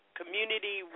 community